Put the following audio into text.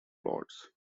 lords